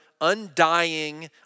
undying